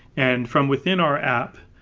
and from within our app,